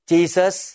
Jesus